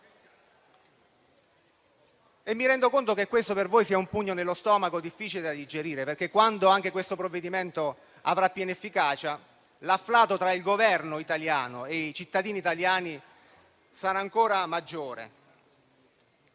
Mi rendo conto che questo per voi sia un pugno nello stomaco difficile da digerire, perché quando anche questo provvedimento avrà piena efficacia, l'afflato tra il Governo italiano e i cittadini italiani sarà ancora maggiore.